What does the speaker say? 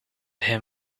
him